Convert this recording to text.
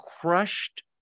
crushed